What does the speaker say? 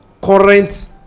current